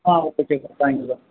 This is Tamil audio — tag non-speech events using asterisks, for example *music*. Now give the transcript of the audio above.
ah okay *unintelligible* thank you sir